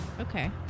Okay